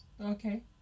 Okay